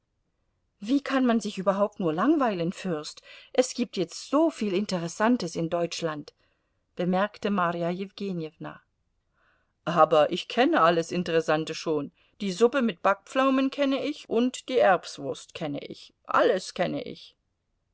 wie kann man sich überhaupt nur langweilen fürst es gibt jetzt so viel interessantes in deutschland bemerkte marja jewgenjewna aber ich kenne alles interessante schon die suppe mit backpflaumen kenne ich und die erbswurst kenne ich alles kenne ich